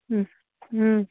ꯎꯝ ꯎꯝ